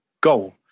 goal